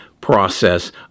process